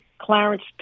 Clarence